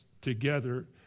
together